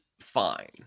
fine